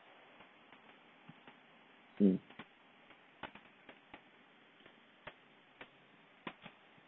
mm